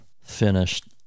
finished